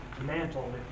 mantle